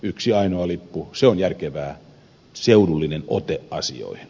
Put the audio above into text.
yksi ainoa lippu se on järkevä seudullinen ote asioihin